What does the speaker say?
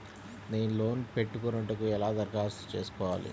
నేను లోన్ పెట్టుకొనుటకు ఎలా దరఖాస్తు చేసుకోవాలి?